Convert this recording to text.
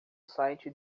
site